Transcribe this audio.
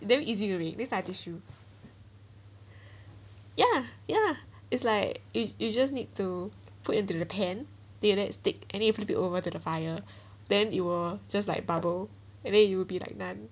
damn easy to make next time I teach you ya ya it's like you you just need to put into the pan then you let stick and then flip it over to the fire then it will just like bubble and then it will be like naan